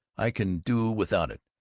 i can do without it.